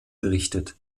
berichtet